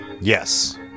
Yes